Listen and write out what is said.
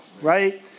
right